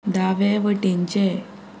दावे वटेनचे